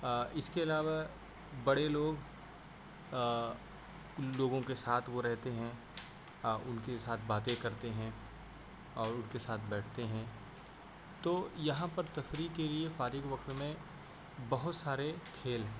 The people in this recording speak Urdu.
اس کے علاوہ بڑے لوگ ان لوگوں کے ساتھ وہ رہتے ہیں ان کے ساتھ باتیں کرتے ہیں اور ان کے ساتھ بیٹھتے ہیں تو یہاں پر تفریح کے لیے فارغ وقت میں بہت سارے کھیل ہیں